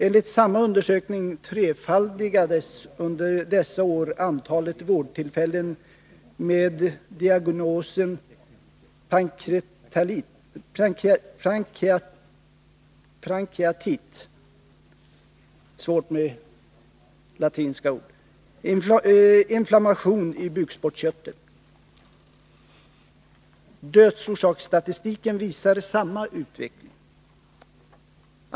Enligt samma undersökning trefaldigades under dessa år antalet vårdtillfällen med diagnosen pancreatit . Dödsorsaksstatistiken visar samma utveckling.